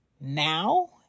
now